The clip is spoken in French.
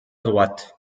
droite